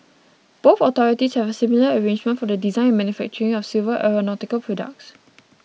both authorities have a similar arrangement for the design and manufacturing of civil aeronautical products